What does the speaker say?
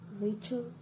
Rachel